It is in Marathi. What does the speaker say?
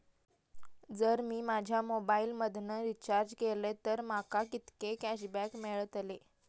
जर मी माझ्या मोबाईल मधन रिचार्ज केलय तर माका कितके कॅशबॅक मेळतले?